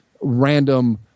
random